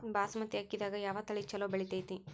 ಬಾಸುಮತಿ ಅಕ್ಕಿದಾಗ ಯಾವ ತಳಿ ಛಲೋ ಬೆಳಿತೈತಿ?